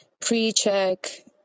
Pre-check